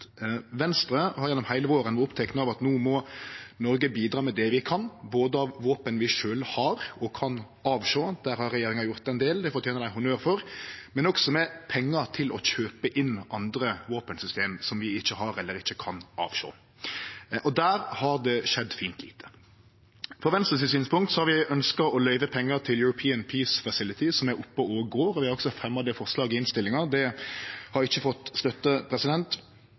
Venstre har gjennom heile våren vore opptekne av at no må Noreg bidra med det vi kan, både av våpen vi sjølve har og kan avsjå – der har regjeringa gjort ein del, og det fortener dei honnør for – og også med pengar til å kjøpe inn andre våpensystem som vi ikkje har, eller ikkje kan avsjå. Der har det skjedd fint lite. Frå Venstre sitt synspunkt har vi ønskt å løyve pengar til European Peace Facility, som er oppe og går. Vi fremjar også det forslaget som ligg i innstillinga. Det har ikkje fått støtte.